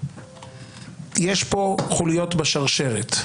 יש פה חוליות בשרשרת.